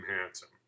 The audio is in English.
Handsome